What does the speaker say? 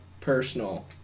personal